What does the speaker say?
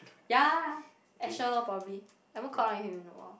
ya Asher lor probably haven't caught up with him in a while